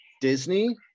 Disney